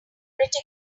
pretty